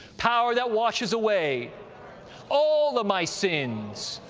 power that washes away all of my sins,